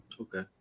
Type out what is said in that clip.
Okay